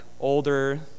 older